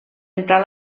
emprar